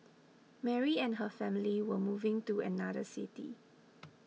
Mary and her family were moving to another city